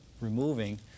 removing